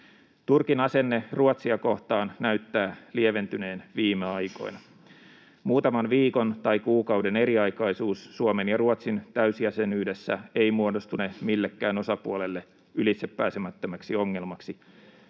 Turkin asenne Ruotsia kohtaan näyttää lieventyneen viime aikoina. Muutaman viikon tai kuukauden eriaikaisuus Suomen ja Ruotsin täysjäsenyydessä ei muodostune millekään osapuolelle ylitsepääsemättömäksi ongelmaksi.